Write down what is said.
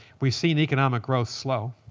we've seen economic growth slow,